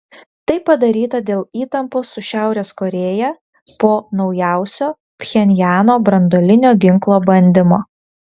tai padaryta dėl įtampos su šiaurės korėja po naujausio pchenjano branduolinio ginklo bandymo